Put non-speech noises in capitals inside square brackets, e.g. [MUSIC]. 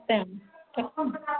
[UNINTELLIGIBLE]